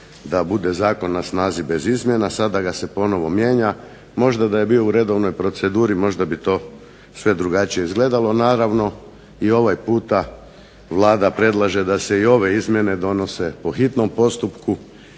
da bude zakon na snazi bez izmjena, a sada ga se ponovno mijenja. Možda da je bio u redovnoj proceduri možda bi to sve drugačije izgledalo. Naravno i ovaj puta Vlada predlaže da se i ove izmjene donose po hitnom postupku